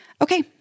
Okay